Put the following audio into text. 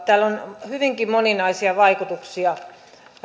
tällä on hyvinkin moninaisia vaikutuksia